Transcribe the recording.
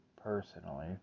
personally